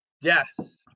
Yes